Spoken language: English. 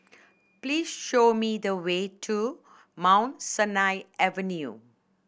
please show me the way to Mount Sinai Avenue